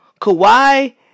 Kawhi